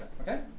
Okay